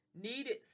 needed